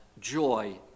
joy